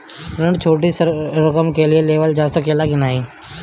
ऋण छोटी रकम के लिए लेवल जा सकेला की नाहीं?